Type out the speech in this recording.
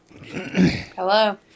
Hello